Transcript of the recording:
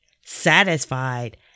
satisfied